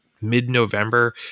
mid-November